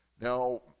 Now